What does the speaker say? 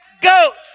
Ghost